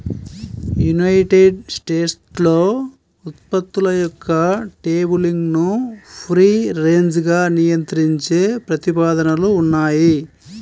United స్టేట్స్లో ఉత్పత్తుల యొక్క లేబులింగ్ను ఫ్రీ రేంజ్గా నియంత్రించే ప్రతిపాదనలు ఉన్నాయి